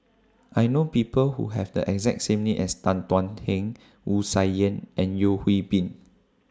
I know People Who Have The exact same name as Tan Thuan Heng Wu Tsai Yen and Yeo Hwee Bin